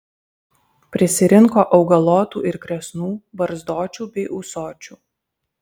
prisirinko augalotų ir kresnų barzdočių bei ūsočių